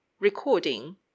Recording